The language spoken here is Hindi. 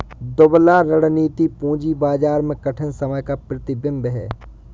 दुबला रणनीति पूंजी बाजार में कठिन समय का प्रतिबिंब है